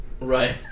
Right